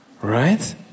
Right